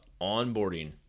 onboarding